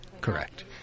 Correct